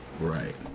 Right